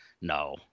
No